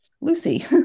Lucy